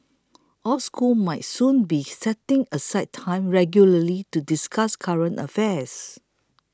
all schools might soon be setting aside time regularly to discuss current affairs